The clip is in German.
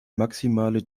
maximale